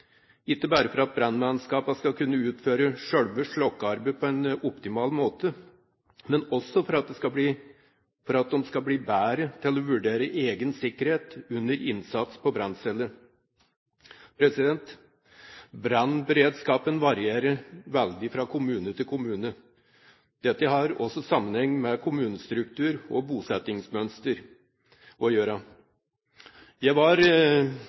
ikke bare for at brannmannskapene skal kunne utføre selve slokkingsarbeidet på en optimal måte, men også for at de skal bli bedre til å vurdere egen sikkerhet under innsats på brannstedet. Brannberedskapen varierer veldig fra kommune til kommune. Dette har også sammenheng med kommunestruktur og bosettingsmønster. Jeg var